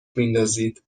میندازید